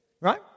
Right